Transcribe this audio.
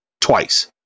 twice